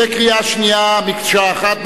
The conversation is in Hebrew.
בקריאה שנייה מקשה אחת.